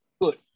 good